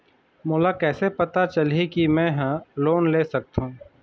मोला कइसे पता चलही कि मैं ह लोन ले सकथों?